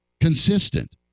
consistent